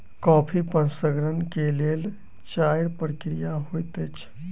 coffee प्रसंस्करण के लेल चाइर प्रक्रिया होइत अछि